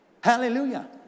Hallelujah